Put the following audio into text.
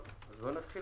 נתחיל